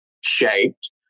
shaped